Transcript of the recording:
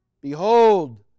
Behold